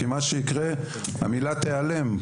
כי מה שיקרה המילה תעלם,